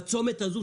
בצומת הזה,